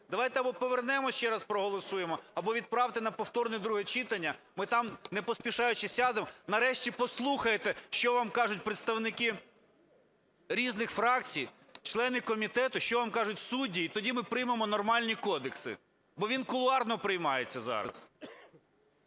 Давайте або повернемось, ще раз проголосуємо, або відправте на повторне друге читання. Ми там, не поспішаючи, сядемо, нарешті, послухаєте, що вам кажуть представники різних фракцій, члени комітету, що вам кажуть судді. І тоді ми приймемо нормальні кодекси. Бо він кулуарно приймається зараз.